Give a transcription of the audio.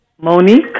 Monique